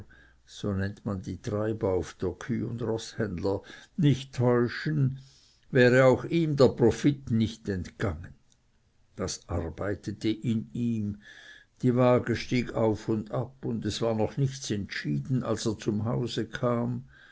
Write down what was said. nicht täuschen wäre auch ihm der profit nicht entgangen das arbeitete in ihm die wage stieg auf und ab und es war noch nichts entschieden als er zum hause kam